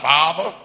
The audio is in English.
Father